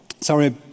Sorry